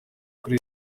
kuri